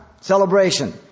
Celebration